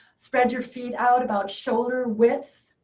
spread your feet out about shoulder width.